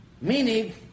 Meaning